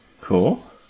cool